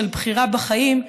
של בחירה בחיים,